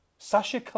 Sasha